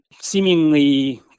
seemingly